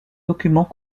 documents